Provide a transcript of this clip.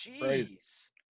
Jeez